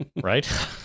right